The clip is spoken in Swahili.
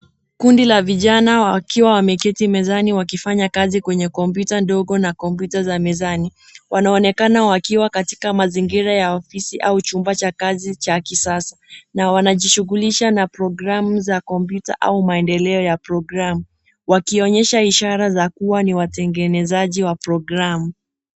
Kundi la vijana wakiwa wameketi mezani wakifanya kazi kwenye kompyuta ndogo na kompyuta za mezani. Wanaonekana wakiwa katika mazingira ya ofisi au chumba cha kazi cha kisasa, na wanajishughulisha na programu za kompyuta au maendeleo ya programu, wakionyesha ishara za kuwa ni watengenezaji wa programu.